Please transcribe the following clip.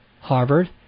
Harvard